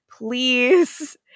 please